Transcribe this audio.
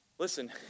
Listen